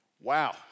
Wow